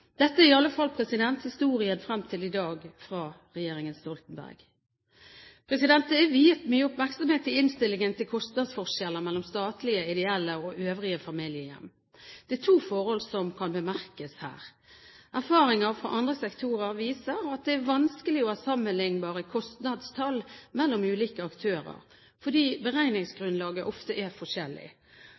Dette er i alle fall historien frem til i dag fra regjeringen Stoltenberg. Det er viet mye oppmerksomhet i innstillingen til kostnadsforskjeller mellom statlige, ideelle og øvrige familiehjem. Det er to forhold som kan bemerkes her. Erfaring fra andre sektorer viser at det er vanskelig å ha sammenliknbare kostnadstall for ulike aktører, fordi beregningsgrunnlaget ofte er forskjellig.